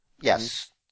Yes